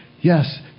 yes